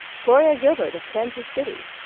gloria gilbert of kansas city!